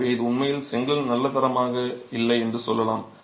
எனவே இது உண்மையில் செங்கல் நல்ல தரமாக இல்லை என்று சொல்லலாம்